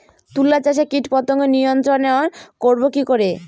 তুলা চাষে কীটপতঙ্গ নিয়ন্ত্রণর করব কি করে?